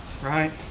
right